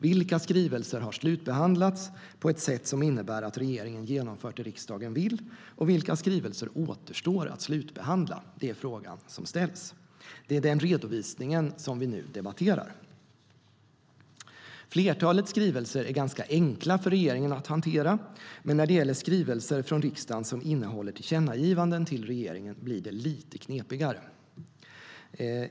Vilka skrivelser har slutbehandlats på ett sätt som innebär att regeringen genomfört det riksdagen vill, och vilka skrivelser återstår att slutbehandla? Det är den fråga som ställs. Det är den redovisningen vi nu debatterar. Flertalet skrivelser är ganska enkla för regeringen att hantera. Men när det gäller skrivelser från riksdagen som innehåller tillkännagivanden till regeringen blir det knepigare.